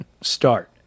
start